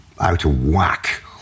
out-of-whack